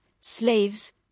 slaves